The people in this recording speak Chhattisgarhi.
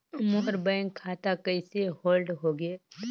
मोर बैंक खाता कइसे होल्ड होगे?